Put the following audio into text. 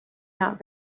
not